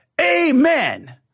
amen